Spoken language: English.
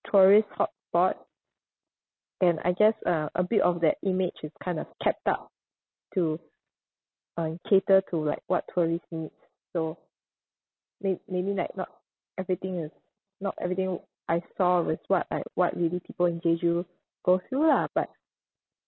tourist hotspot and I guess uh a bit of that image is kind of kept up to on cater to like what tourist needs so may~ maybe like not everything is not everything I saw is what like what really people in jeju go through lah but